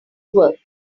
work